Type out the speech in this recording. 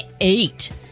eight